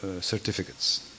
certificates